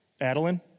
Adeline